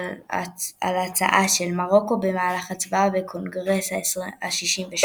כאשר רבע הגמר,